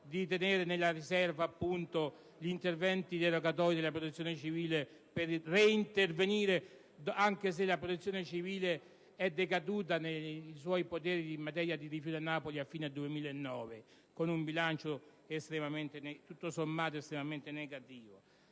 di tenere nella riserva appunto gli interventi derogatori della Protezione civile per reintervenire, anche se la Protezione civile è decaduta nei suoi poteri in materia di rifiuti a Napoli a fine 2009, con un bilancio tutto sommato estremamente negativo;